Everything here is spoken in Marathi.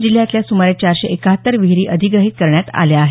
जिल्ह्यातल्या सुमारे चारशे एक्काहत्तर विहिरी अधिग्रहीत करण्यात आल्या आहेत